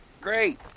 great